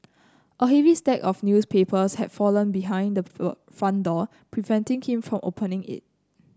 a heavy stack of newspapers have fallen behind the front door preventing him from opening it